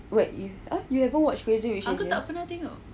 what you !huh! haven't watch crazy rich asian